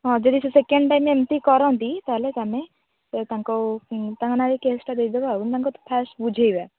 ହଁ ଯଦି ସେ ସେକେଣ୍ଡ୍ ଟାଇମ୍ ଏମିତି କରନ୍ତି ତା'ହେଲେ ତମେ ତାଙ୍କୁ ତାଙ୍କ ନାଁରେ କେସ୍ଟା ଦେଇଦେବା ଆଉ ତାଙ୍କୁ କିନ୍ତୁ ଫାଷ୍ଟ୍ ବୁଝାଇବା